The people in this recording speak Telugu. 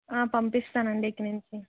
ఆ పంపిస్తాను అండి ఇక నుంచి